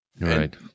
Right